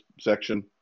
section